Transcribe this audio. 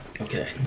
Okay